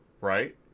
right